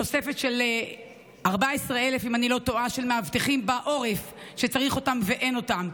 תוספת של 14,000 מאבטחים בעורף שצריך אותם ואין אותם,